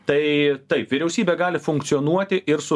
tai taip vyriausybė gali funkcionuoti ir su